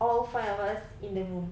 all five of us in the room